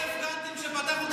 למה הפגנתם כשפתחנו תחנות משטרה?